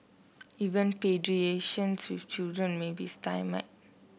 even with children may be stymied